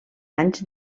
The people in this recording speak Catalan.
anys